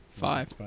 Five